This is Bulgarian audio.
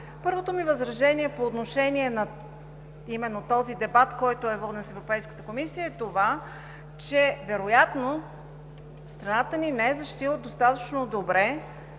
Първото ми възражение по отношение именно на този дебат, воден с Европейската комисия, е това, че вероятно страната ни не е защитила достатъчно добре